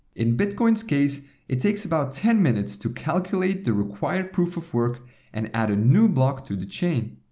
in bitcoins case it takes about ten minutes to calculate the required proof-of-work and add a new block to the chain.